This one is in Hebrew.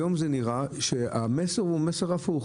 היום זה נראה שהמסר הוא הפוך.